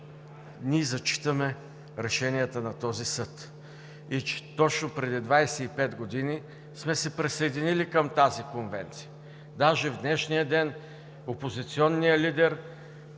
ние зачитаме решенията на този съд и че точно преди 25 години сме се присъединили към тази конвенция. Даже в днешния ден опозиционният лидер,